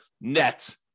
net